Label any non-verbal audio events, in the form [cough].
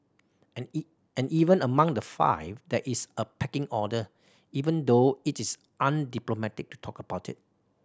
and [unintelligible] and even among the five there is a pecking order even though it is undiplomatic to talk about it